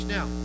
Now